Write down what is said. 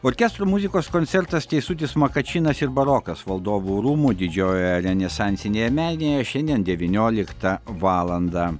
orkestro muzikos koncertas teisutis makačinas ir barokas valdovų rūmų didžiojoje renesansinėje menėje šiandien devynioliktą valandą